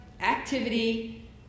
activity